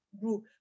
group